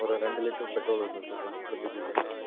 ஒரு ரெண்டு litre petrol இருந்துச்சு சார் இருந்துச்சு சார்